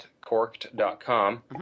Corked.com